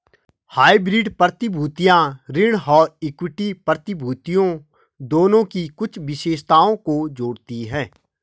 hybrid प्रतिभूतियां ऋण और इक्विटी प्रतिभूतियों दोनों की कुछ विशेषताओं को जोड़ती हैं